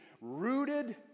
rooted